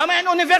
למה אין אוניברסיטה